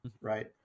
Right